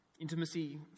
intimacy